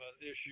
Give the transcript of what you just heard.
issue